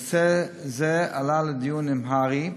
נושא זה עלה לדיון עם הר"י,